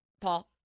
Paul